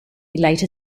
later